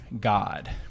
God